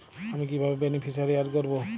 আমি কিভাবে beneficiary add করব?